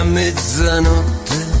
mezzanotte